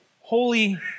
holy